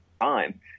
time